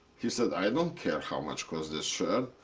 he said, i don't care how much cost this shirt.